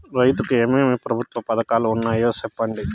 రైతుకు ఏమేమి ప్రభుత్వ పథకాలు ఉన్నాయో సెప్పండి?